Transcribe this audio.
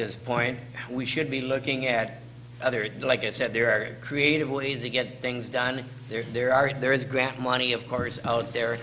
this point we should be looking at other it like it said there are creative ways to get things done there there are there is grant money of course out there